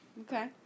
Okay